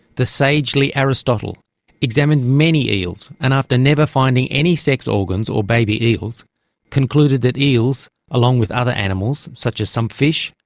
the sagely aristotle examined many eels, and after never finding any sex organs or baby eels concluded that eels, along with other animals such as some fish,